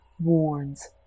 warns